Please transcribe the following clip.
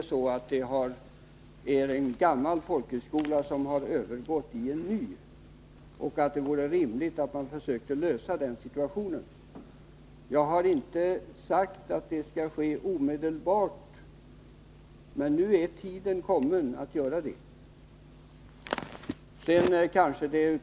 Det är en gammal folkhögskola som har övergått i en ny, och det vore rimligt att man försökte lösa den situationen. Jag har inte sagt att det skall ske omedelbart, men nu är tiden kommen att göra det.